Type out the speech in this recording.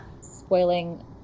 spoiling